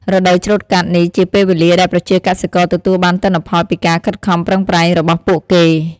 រដូវច្រូតកាត់ នេះជាពេលវេលាដែលប្រជាកសិករទទួលបានទិន្នផលពីការខិតខំប្រឹងប្រែងរបស់ពួកគេ។